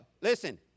Listen